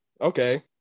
okay